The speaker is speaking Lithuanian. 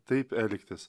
taip elgtis